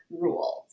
rules